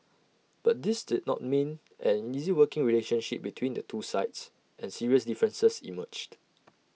but this did not mean an easy working relationship between the two sides and serious differences emerged